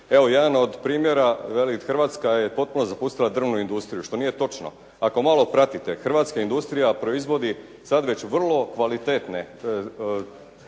Evo jedan od primjera, veli Hrvatska je potpuno zapustila drvnu industriju što nije točno. Ako malo pratite, hrvatska industrija proizvodi sad već vrlo kvalitetne